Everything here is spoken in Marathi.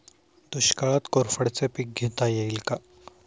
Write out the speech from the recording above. दुष्काळात कोरफडचे पीक घेता येईल का?